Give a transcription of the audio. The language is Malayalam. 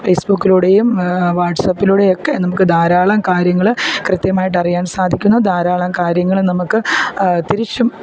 ഫേസ്ബുക്കിലൂടെയും വാട്ട്സാപ്പിലൂടെയും ഒക്കെ നമുക്ക് ധാരാളം കാര്യങ്ങൾ കൃത്യമായിട്ട് അറിയാൻ സാധിക്കുന്നു ധാരാളം കാര്യങ്ങൾ നമുക്ക് തിരിച്ചും